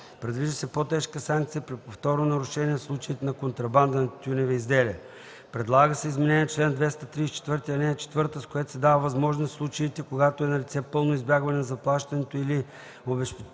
предвижда се по-тежка санкция при повторно нарушение в случаите на контрабанда на тютюневи изделия; - предлага се изменение на чл. 234, ал. 4, с което се дава възможност и в случаите, когато е налице пълно избягване на заплащането или обезпечаването